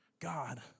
God